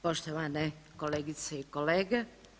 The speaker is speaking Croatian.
Poštovane kolegice i kolege.